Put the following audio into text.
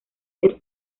ser